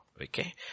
Okay